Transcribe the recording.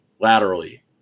laterally